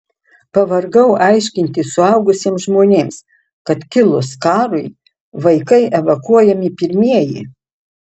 pavargau aiškinti suaugusiems žmonėms kad kilus karui vaikai evakuojami pirmieji